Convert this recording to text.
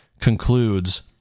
concludes